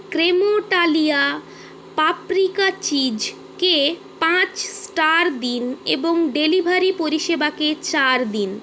Cremeitalia paprika চিজকে পাঁচ star দিন এবং ডেলিভারি পরিষেবাকে চার দিন